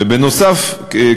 ונוסף על כך,